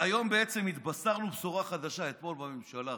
והיום בעצם התבשרנו בשורה חדשה: אתמול בממשלה,